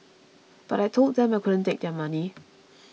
but I told them I couldn't take their money